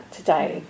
today